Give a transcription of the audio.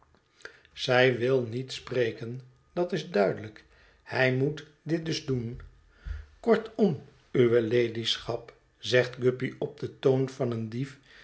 zij wil niet spreken dat is duidelijk hij moet dit dus doen kortom uwe ladyschap zegt guppy op den toon van een dief